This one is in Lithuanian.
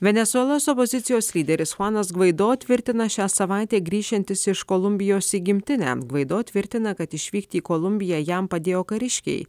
venesuelos opozicijos lyderis chuanas gvaido tvirtina šią savaitę grįšiantis iš kolumbijos į gimtinę gvaido tvirtina kad išvykti į kolumbiją jam padėjo kariškiai